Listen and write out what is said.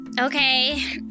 Okay